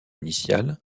initiales